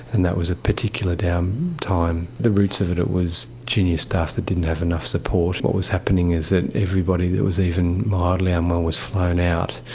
and that was a particularly down time. the roots of it was junior staff that didn't have enough support. what was happening is that everybody that was even mildly unwell was flown out.